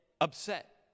upset